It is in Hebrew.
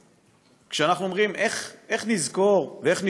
כשאנחנו שואלים איך נזכור ואיך נשמור,